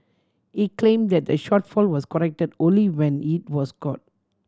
he claimed that the shortfall was corrected only when it was caught